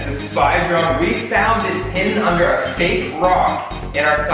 spy drone. we found it hidden under a fake rock in our